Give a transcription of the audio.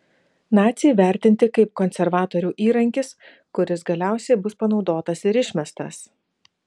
naciai vertinti kaip konservatorių įrankis kuris galiausiai bus panaudotas ir išmestas